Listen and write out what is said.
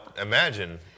imagine